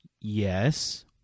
Yes